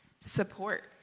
support